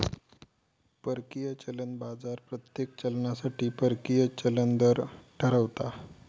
परकीय चलन बाजार प्रत्येक चलनासाठी परकीय चलन दर ठरवता